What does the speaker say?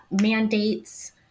mandates